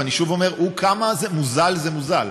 ואני שוב אומר: כמה מוזל זה מוזל,